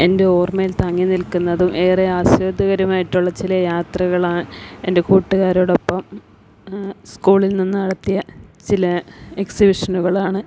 എന്റെ ഓര്മ്മയിൽ തങ്ങി നിൽക്കുന്നതും ഏറെ ആസ്വാദ്യകരമായിട്ടുള്ള ചില യാത്രകളാണ് എന്റെ കൂട്ടുകാരോടൊപ്പം സ്കൂളിൽ നിന്ന് നടത്തിയ ചില എക്സിബിഷനുകളാണ്